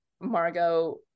Margot